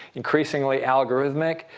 increasingly algorithmic.